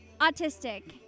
autistic